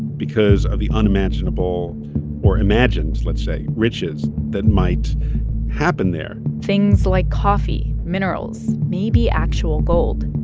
because of the unimaginable or imagined, let's say, riches that might happen there things like coffee, minerals, maybe actual gold.